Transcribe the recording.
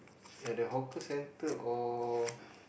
at the hawker centre or